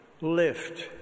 lift